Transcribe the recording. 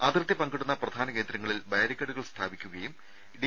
അതിർത്തി പങ്കിടുന്ന പ്രധാന കേന്ദ്രങ്ങളിൽ ബാരിക്കേഡുകൾ സ്ഥാപിക്കുകയും ഡി